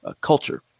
culture